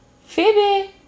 phoebe